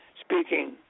speaking